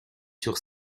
sur